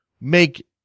make